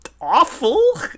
awful